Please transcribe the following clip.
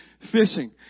fishing